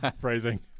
Phrasing